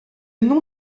nom